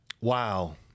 Wow